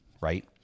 right